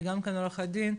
שהיא גם כן עורכת דין,